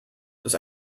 das